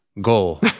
goal